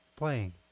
playing